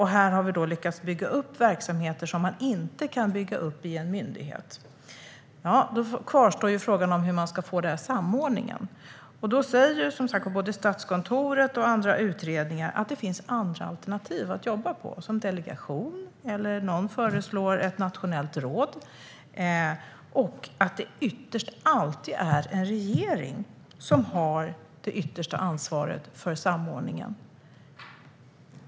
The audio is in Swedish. Här har vi lyckats bygga upp verksamheter som man inte kan bygga upp i en myndighet. Då kvarstår frågan om hur samordningen ska ske. Som sagt säger både Statskontoret och olika utredningar att det finns andra alternativ att jobba på, som en delegation - någon föreslår ett nationellt råd - och att det alltid är en regering som har det yttersta ansvaret för samordningen.